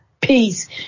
peace